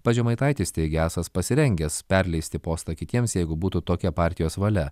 pats žemaitaitis teigia esąs pasirengęs perleisti postą kitiems jeigu būtų tokia partijos valia